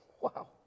Wow